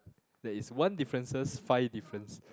there is one differences five difference